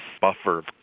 buffer